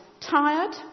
tired